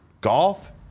Golf